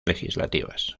legislativas